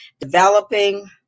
developing